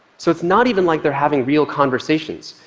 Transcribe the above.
so it's not even like they're having real conversations.